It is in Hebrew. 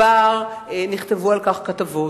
כבר נכתבו על כך כתבות,